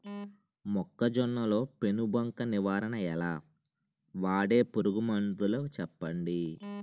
మొక్కజొన్న లో పెను బంక నివారణ ఎలా? వాడే పురుగు మందులు చెప్పండి?